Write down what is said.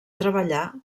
treballar